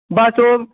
ਬਸ ਉਹ